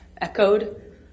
echoed